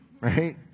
right